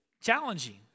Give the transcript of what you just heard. challenging